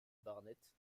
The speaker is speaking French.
barnett